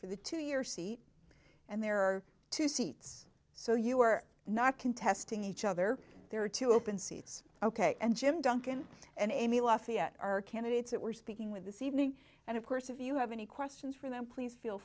for the two year seat and there are two seats so you are not contesting each other there are two open seats ok and jim duncan and amy lafayette are candidates that we're speaking with this evening and of course if you have any questions for them please feel